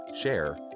share